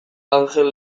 anjel